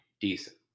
decent